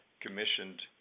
commissioned